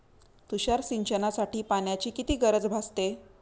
तुषार सिंचनासाठी पाण्याची किती गरज भासते?